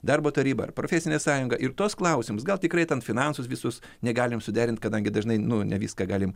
darbo taryba ar profesinė sąjunga ir tuos klausimus gal tikrai tam finansus visus negalim suderint kadangi dažnai nu ne viską galim